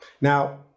Now